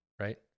right